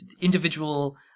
individual